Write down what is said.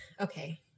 okay